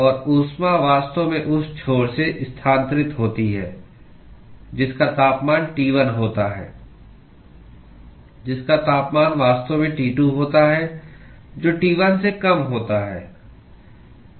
और ऊष्मा वास्तव में उस छोर से स्थानांतरित होती है जिसका तापमान T1 होता है जिसका तापमान वास्तव में T2 होता है जो T1 से कम होता है